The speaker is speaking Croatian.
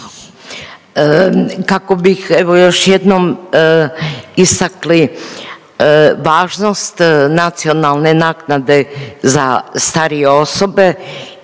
Kako bih evo još jednom istakli važnost nacionalne naknade za starije osobe